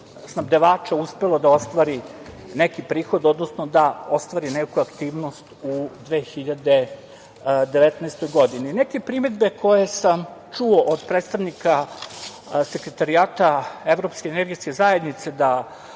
snabdevača uspelo da ostvari neki prihod, odnosno da ostvari neku aktivnost u 2019. godini. Neke primedbe koje sam čuo od predstavnika Sekretarijata Evropske energetske zajednice da